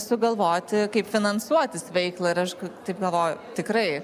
sugalvoti kaip finansuotis veiklą ir aš taip galvoju tikrai